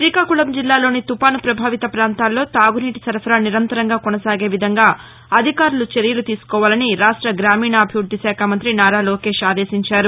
శ్రీకాకుళం జిల్లాలోని తుపాను ప్రభావిత ప్రాంతాల్లో తాగునీటి సరఫరా నిరంతరంగా కొనసాగే విధంగా అధికారులు చర్యలు తీసుకోవాలని రాష్ట గ్రామీణాభివృద్ది శాఖ మంత్రి నారా లోకేష్ ఆదేశించారు